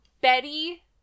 Betty